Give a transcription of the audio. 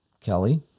Kelly